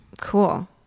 cool